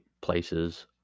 places